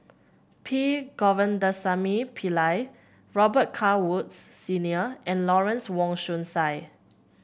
P Govindasamy Pillai Robet Carr Woods Senior and Lawrence Wong Shyun Tsai